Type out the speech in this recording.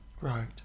Right